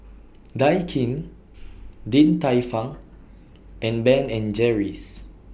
Daikin Din Tai Fung and Ben and Jerry's